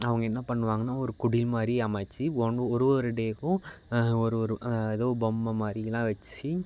அவங்க என்ன பண்ணுவாங்கன்னா ஒரு குடில் மாதிரி அமைத்து ஒன்னு ஒரு ஒரு டேவுக்கும் ஒரு ஒரு ஏதோ பொம்மை மாதிரிலாம் வெச்சி